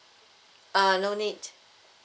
err no need